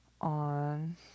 on